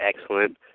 excellent